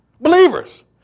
believers